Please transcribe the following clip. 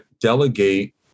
delegate